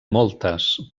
moltes